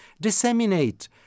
Disseminate